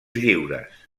lliures